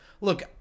Look